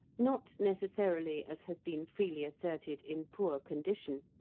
not necessarily, as has been freely asserted, in poor condition,